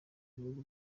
bihugu